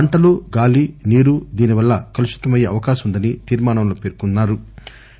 పంటలు గాలీ నీరు దీనివల్ల కలుపితమయ్యే అవకాశం ఉందని తీర్మానంలో పేర్కొంది